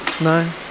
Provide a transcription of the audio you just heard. nine